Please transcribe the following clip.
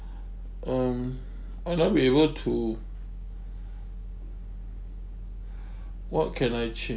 um I now be able to what can I change